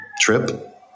trip